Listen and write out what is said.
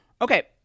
Okay